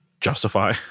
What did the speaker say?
justify